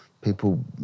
people